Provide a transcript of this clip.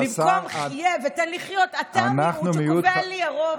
במקום חיה ותן לחיות, אתה מיעוט שקובע לי, הרוב.